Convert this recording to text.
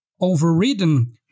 overridden